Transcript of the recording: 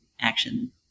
action